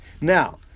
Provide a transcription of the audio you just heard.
now